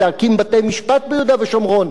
המינהל האזרחי הפך להיות שופט,